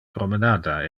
promenada